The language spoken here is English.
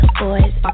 boys